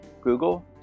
Google